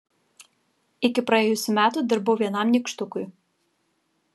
iki praėjusių metų dirbau vienam nykštukui